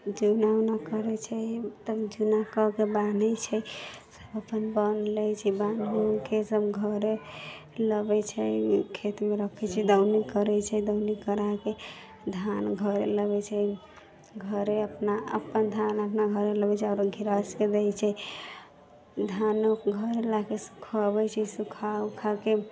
जूना उना करै छै तब जूना कऽ कऽ बान्है छै अपन बान्हि लै छै बान्हि उन्हिके सब घरे लबै छै खेतमे रखै छै दौनी करै छै दौनी कराके धान घर लबै छै घरे अपना अपन धान अपना घरे लबै छै आओर ओकरा सबके दै छै धान उन घर लाके सुखाबै छै सुखा उखाके